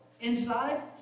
inside